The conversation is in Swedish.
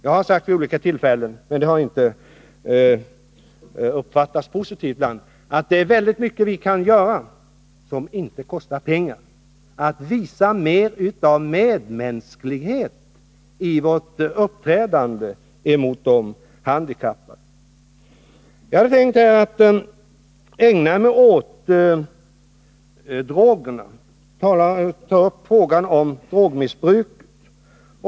Jag har vid olika tillfällen sagt — men det har inte alltid uppfattats positivt — att vi kan göra väldigt mycket som inte kostar pengar: vi kan visa mer av medmänsklighet i vårt uppträdande emot de handikappade. Jag har tänkt att här också ta upp frågan om drogmissbruk.